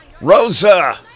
Rosa